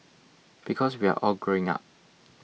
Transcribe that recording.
because we're all growing up